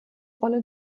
rolle